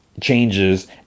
changes